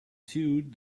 sewed